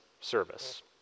service